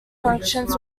functions